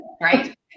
right